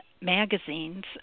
magazines